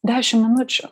dešim minučių